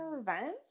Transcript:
events